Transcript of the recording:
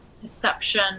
perception